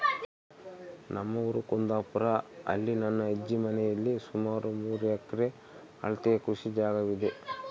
ನಮ್ಮ ಊರು ಕುಂದಾಪುರ, ಅಲ್ಲಿ ನನ್ನ ಅಜ್ಜಿ ಮನೆಯಲ್ಲಿ ಸುಮಾರು ಮೂರು ಎಕರೆ ಅಳತೆಯ ಕೃಷಿ ಜಾಗವಿದೆ